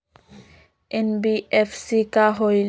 NBFC का होलहु?